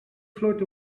float